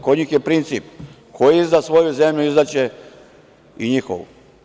Kod njih je princip – ko izda svoju zemlju, izdaće i njihovu.